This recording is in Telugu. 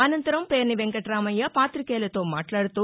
అనంతరం పేర్ని వెంకటామయ్య పాతికేయులతో మాట్లాడుతూ